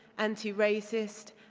anti-racist,